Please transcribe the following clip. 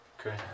Okay